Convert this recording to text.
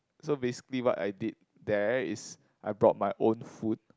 so basically what I did there is I brought my own food